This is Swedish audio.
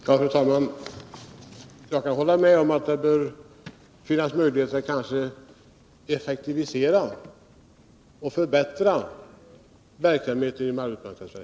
Fru talman! Jag kan hålla med om att det bör gå att effektivisera och förbättra verksamheten inom AMS.